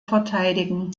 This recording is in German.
verteidigen